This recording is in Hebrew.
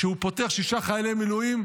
כשהוא פוטר שישה חיילי מילואים,